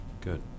Good